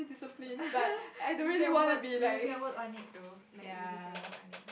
you can work you can work on it though like really can work on it